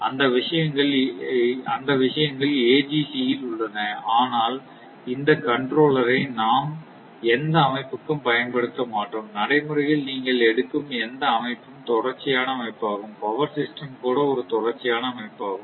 அந்த விஷயங்கள் AGC உள்ளன ஆனால் இந்த கண்ட்ரோலர் ஐ நாம் எந்த அமைப்பிற்கும் பயன்படுத்த மாட்டோம் நடைமுறையில் நீங்கள் எடுக்கும் எந்த அமைப்பும் தொடர்ச்சியான அமைப்பாகும் பவர் சிஸ்டம் கூட ஒரு தொடர்ச்சியான அமைப்பாகும்